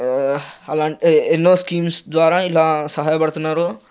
అలా ఎన్నో స్కీమ్స్ ద్వారా ఇలా సహాయపడుతున్నారు